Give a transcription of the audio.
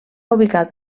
ubicat